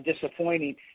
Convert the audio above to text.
disappointing